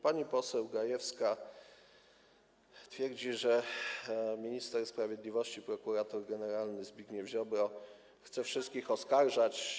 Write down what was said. Pani poseł Gajewska twierdzi, że minister sprawiedliwości - prokurator generalny Zbigniew Ziobro chce wszystkich oskarżać.